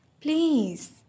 Please